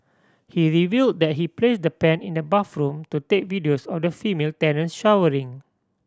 he reveal that he placed the pen in the bathroom to take videos of the female tenant showering